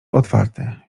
otwarte